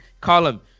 column